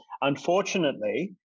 Unfortunately